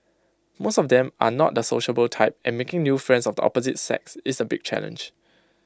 most of them are not the sociable type and making new friends of the opposite sex is A big challenge